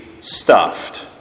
stuffed